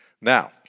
Now